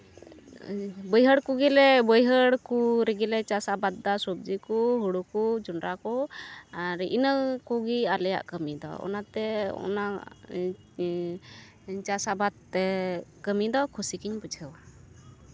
ᱵᱟᱹᱭᱦᱟᱹᱲ ᱠᱚᱜᱮᱞᱮ ᱵᱟᱹᱭᱦᱟᱹᱲ ᱠᱚ ᱨᱮᱜᱮᱞᱮ ᱪᱟᱥ ᱟᱵᱟᱫᱽ ᱥᱚᱵᱽᱡᱤ ᱠᱚ ᱦᱩᱲᱩ ᱠᱚ ᱡᱚᱸᱰᱨᱟ ᱠᱚ ᱟᱨ ᱤᱱᱟᱹ ᱠᱚᱜᱮ ᱟᱞᱮᱭᱟᱜ ᱠᱟᱹᱢᱤ ᱫᱚ ᱚᱱᱟᱛᱮ ᱚᱱᱟ ᱪᱟᱥ ᱟᱵᱟᱫᱽᱛᱮ ᱠᱟᱹᱢᱤ ᱫᱚ ᱠᱷᱩᱥᱤ ᱜᱤᱧ ᱵᱩᱡᱷᱟᱹᱣᱟ